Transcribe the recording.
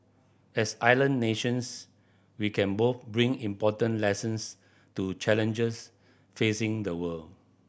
as island nations we can both bring important lessons to challenges facing the world